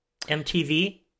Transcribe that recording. mtv